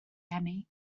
eni